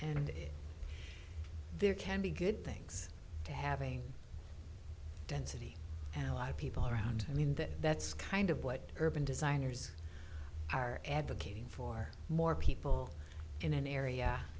and there can be good things to having density and a lot of people around i mean that that's kind of what urban designers are advocating for more people in an area